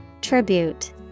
Tribute